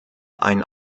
einen